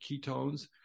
ketones